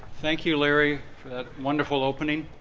thank you larry for that wonderful opening.